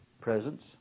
Presence